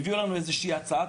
הביאו לנו איזושהי הצעה,